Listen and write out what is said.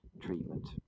treatment